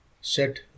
set